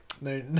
No